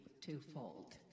twofold